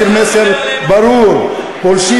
אני רוצה להעביר מסר ברור: פולשים,